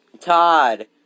Todd